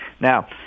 Now